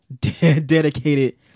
dedicated